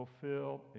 Fulfilled